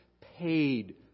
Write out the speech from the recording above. paid